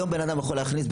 היום בן אדם יכול להכניס.